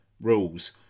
rules